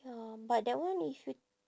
ya but that one you should